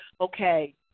okay